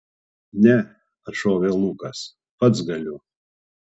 ne atšovė lukas pats galiu